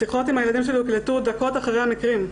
השיחות עם הילדים שלי הוקלטו דקות אחרי המקרים.